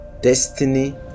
destiny